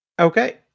Okay